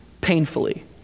painfully